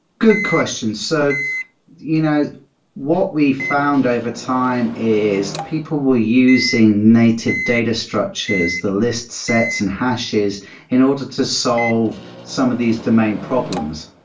good question. so you know what we found overtime is people were using native data structures, the list sets and hashes in order to solve some of these domain problems.